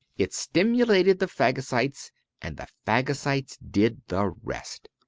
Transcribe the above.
it stimulated the phagocytes and the phagocytes did the rest.